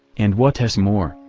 and what s more,